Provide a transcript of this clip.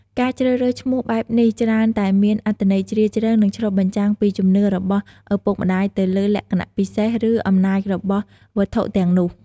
ការជ្រើសរើសឈ្មោះបែបនេះ ច្រើនតែមានអត្ថន័យជ្រាលជ្រៅ និងឆ្លុះបញ្ចាំងពីជំនឿរបស់ឪពុកម្តាយទៅលើលក្ខណៈពិសេស ឬ អំណាចរបស់វត្ថុទាំងនោះ។